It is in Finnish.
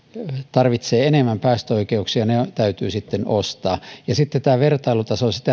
tarvitsee enemmän päästöoikeuksia ne täytyy ostaa ja sitten tätä vertailutasoa